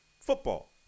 football